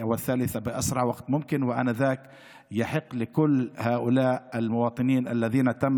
ונפעל כדי שההצעה תגיע